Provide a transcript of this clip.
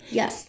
yes